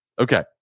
Okay